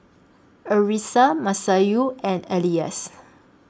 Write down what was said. Arissa Masayu and Elyas